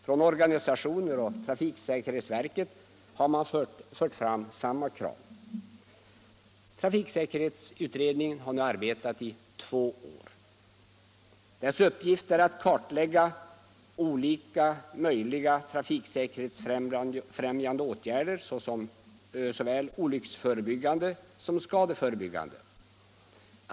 Från organisationer och från trafiksäkerhetsverket har man fört fram samma krav. Trafiksäkerhetsutredningen har nu arbetat i två år. Dess uppgift är att kartlägga olika möjliga trafiksäkerhetsfrämjande åtgärder, såväl olycksförebyggande som skadeförebyggande.